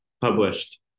published